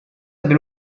ebbe